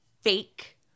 fake